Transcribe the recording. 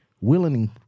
willingly